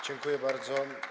Dziękuję bardzo.